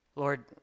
Lord